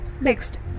Next